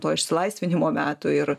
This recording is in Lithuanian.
to išsilaisvinimo metų ir